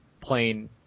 plain